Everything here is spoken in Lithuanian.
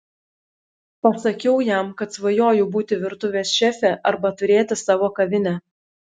pasakiau jam kad svajoju būti virtuvės šefė arba turėti savo kavinę